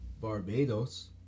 Barbados